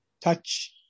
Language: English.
touch